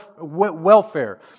welfare